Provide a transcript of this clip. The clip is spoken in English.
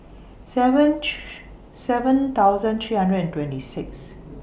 seven seven thousand three hundred and twenty Sixth